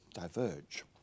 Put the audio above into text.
diverge